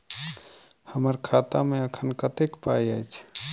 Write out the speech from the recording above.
हम्मर खाता मे एखन कतेक पाई अछि?